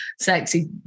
sexy